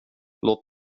låt